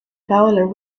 bowler